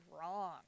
wrong